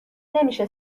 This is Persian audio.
نمیشه